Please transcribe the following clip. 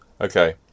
Okay